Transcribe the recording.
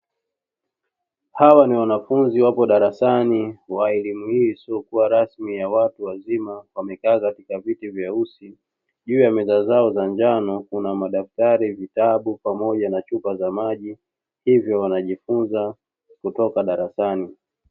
Hawa ni wanafunzi wapo darasani wa elimu hii isiokuwa rasmi ya watu wazima, wamekaa katika viti vyeusi. Juu ya meza zao za njano kuna madaftari, vitabu pamoja na chupa za maji hivyo wanajifunza kutoka darasani.